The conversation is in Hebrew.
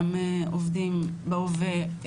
גם עובדים בהווה.